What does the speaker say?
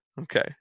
Okay